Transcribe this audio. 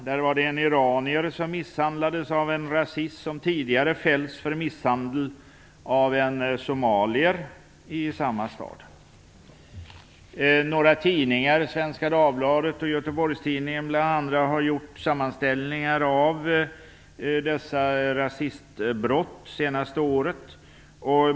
Där var det en iranier som misshandlades av en rasist som tidigare fällts för misshandel av en somalier i samma stad. Göteborgstidningen, har gjort sammanställningar av dessa rasistbrott under det senaste året.